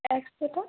একশোটা